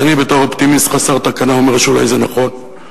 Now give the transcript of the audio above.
ואני בתור אופטימיסט חסר תקנה אומר שאולי זה נכון,